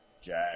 jack